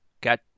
got